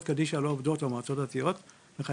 קדישא לא עובדות והמועצות הדתיות לא עובדות,